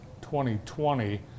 2020